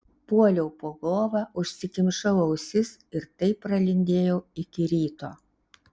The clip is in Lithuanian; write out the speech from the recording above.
puoliau po lova užsikimšau ausis ir taip pralindėjau iki ryto